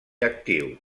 actiu